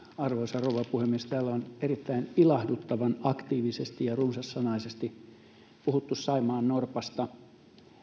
arvoisa rouva puhemies täällä on erittäin ilahduttavan aktiivisesti ja runsassanaisesti puhuttu saimaannorpasta